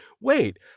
wait